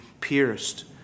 pierced